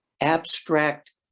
abstract